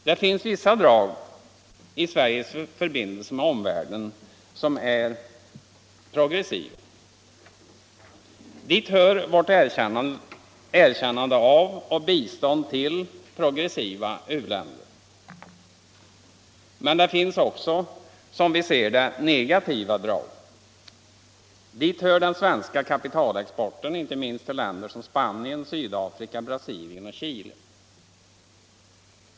Det finns vissa drag i Sveriges förbindelser med omvärlden som är progressiva. Dit hör erkännandet av och biståndet till progressiva u-länder. Men det finns också, som vi ser det, negativa drag. Dit hör den svenska kapitalexporten, inte minst till länder som Spanien, Sydafrika, Brasilien och Chile.